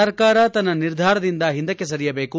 ಸರಕಾರ ತನ್ನ ನಿರ್ಧಾರದಿಂದ ಹಿಂದಕ್ಕೆ ಸರಿಯಬೇಕು